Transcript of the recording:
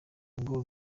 ngo